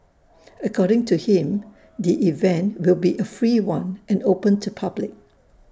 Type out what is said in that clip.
according to him the event will be A free one and open to public